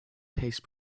paste